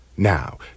now